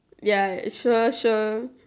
ya sure sure